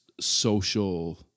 social